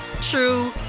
true